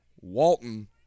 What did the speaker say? Walton